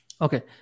okay